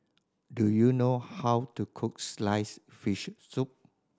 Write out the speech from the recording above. do you know how to cook sliced fish soup